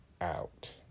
out